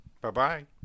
Bye-bye